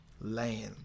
land